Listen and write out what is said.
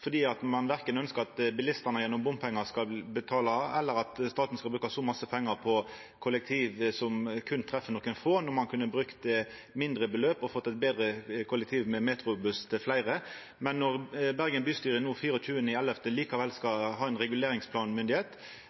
at det skal bli bygd bybane, fordi eg ønskjer ikkje at bilistane gjennom bompengar skal betala, eller at staten skal bruka så mykje pengar på kollektiv som berre treffer nokre få, når ein kunne brukt eit mindre beløp og fått eit betre kollektivtilbod med metrobuss til fleire. Men når Bergen bystyre den 24. november likevel skal ha